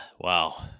wow